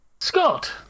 Scott